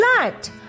flat